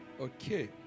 Okay